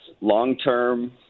long-term